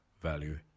value